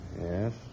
Yes